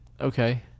Okay